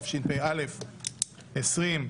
התשפ"א-2021,